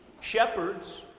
Shepherds